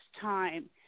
time